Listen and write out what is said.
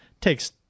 Takes